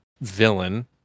villain